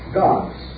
gods